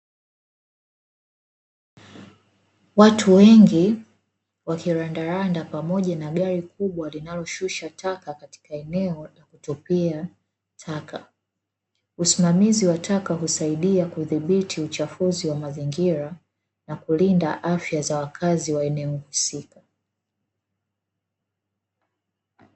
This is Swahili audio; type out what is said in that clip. Watu wengi wakirandaranda pamoja na gari kubwa linaloshusha taka katika eneo la kutupia taka, usimamizi wa taka husaidia kulinda uchafuzi wa mazingira na kulinda afya za wakazi wa eneo husika.